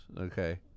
okay